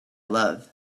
love